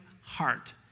heart